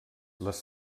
les